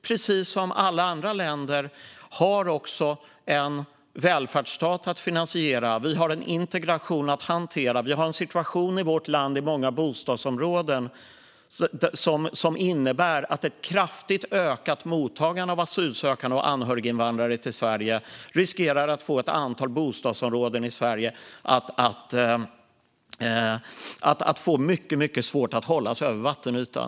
Precis som alla länder har vi nämligen en välfärdsstat att finansiera och en integration att hantera. Vi har en situation i vårt land som innebär att ett kraftigt ökat mottagande av asylsökande och anhöriginvandrare till Sverige riskerar att leda till att många bostadsområden får mycket svårt att hålla näsan över vattenytan.